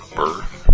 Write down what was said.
birth